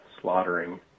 slaughtering